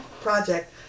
project